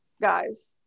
guys